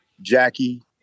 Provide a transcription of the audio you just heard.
Jackie